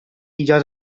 icat